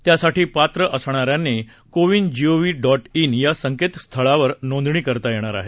त्यासाठी पात्र असणाऱ्यांनी कोविन जीओव्ही इन या संकेतस्थळावर नोंदणी करता येणार आहे